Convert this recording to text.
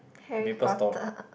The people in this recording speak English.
Harry-Potter